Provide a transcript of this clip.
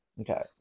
Okay